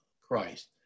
Christ